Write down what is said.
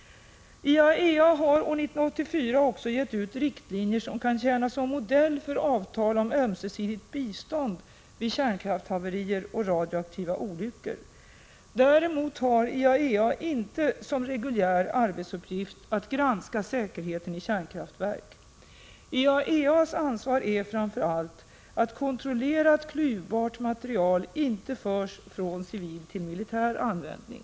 IAEA har år 1984 också gett ut riktlinjer som kan tjäna som modell för avtal om ömsesidigt bistånd vid kärnkraftshaverier och radioaktiva olyckor. Däremot har IAEA inte som reguljär arbetsuppgift att granska säkerheten i kärnkraftverk; IAEA:s ansvar är framför allt att kontrollera att klyvbart material inte förs från civil till militär användning.